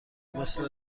مثل